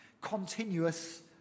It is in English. continuous